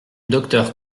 docteur